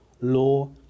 Law